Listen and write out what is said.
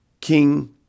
king